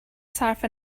صرف